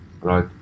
right